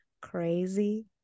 crazy